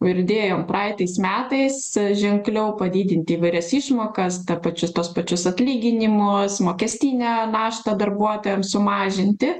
ir dėjom praeitais metais ženkliau padidinti įvairias išmokas tapačius tuos pačius atlyginimus mokestinę naštą darbuotojams sumažinti